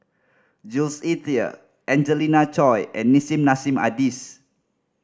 Jules Itier Angelina Choy and Nissim Nassim Adis